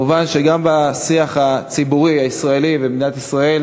ומובן שגם בשיח הציבורי במדינת ישראל